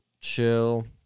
chill